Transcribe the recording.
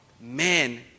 Men